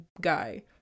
guy